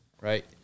right